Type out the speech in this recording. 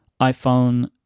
iPhone